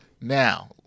Now